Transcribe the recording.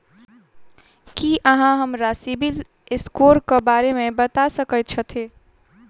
की अहाँ हमरा CIBIL score क बारे मे बता सकइत छथि?